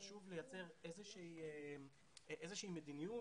חשוב לייצר איזושהי מדיניות